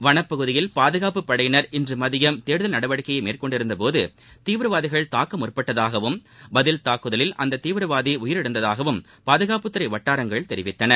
வனப்பகுதியில் பாதுகாப்பு படையினர் இன்று மதியம் தேடுதல் நடவடிக்கையப மேற்கொண்டிருந்தபோது தீவிரவாதிகள் தாக்க முற்பட்டதாகவும் பதில் தாக்குதலில் அந்த தீவிரவாதி உயிரிழந்ததாகவும் பாதுனப்பு துறை வட்டாரங்கள் தெரிவித்தன